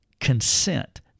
consent